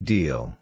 Deal